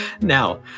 Now